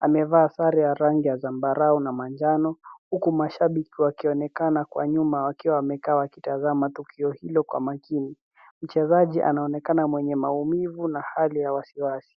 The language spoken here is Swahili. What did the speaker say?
Amevaa sare ya rangi ya zambarau na manjano huku mashabiki wakionekana kwa nyuma wakiwa wamekaa wakitazama tukio hilo kwa makini. Mchezaji anaonekana mwenye maumivu na hali ya wasiwasi.